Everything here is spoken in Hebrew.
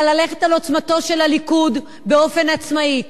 אלא ללכת על עוצמתו של הליכוד, באופן עצמאי.